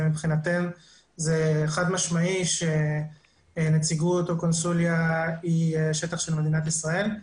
מבחינתנו זה חד משמעי שנציגות או קונסוליה היא שטח של מדינת ישראל.